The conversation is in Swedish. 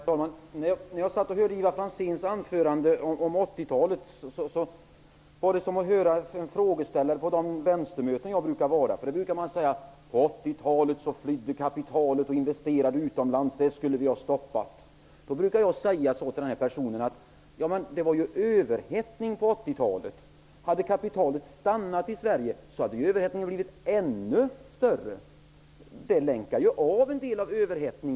Herr talman! Jag satt och lyssnade på Ivar Franzéns anförande om 80-talet. Det var som att höra frågeställare på de vänstermöten som jag brukar delta i. De brukar säga: ''På 80-talet flydde kapitalet och investerade utomlands. Det skulle vi ha stoppat.'' Jag brukar säga att det rådde överhettning på 80-talet. Hade kapitalet stannat i Sverige hade överhettningen blivit ännu större. En del av överhettningen länkades av, Ivar Franzén.